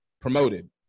promoted